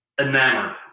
enamored